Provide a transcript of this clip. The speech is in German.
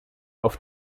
auf